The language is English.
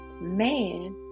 man